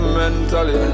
mentally